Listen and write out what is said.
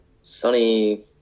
Sunny